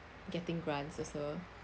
getting grants also